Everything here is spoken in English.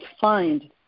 find